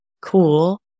cool